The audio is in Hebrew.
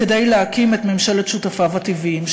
כדי להקים את ממשלת שותפיו הטבעיים.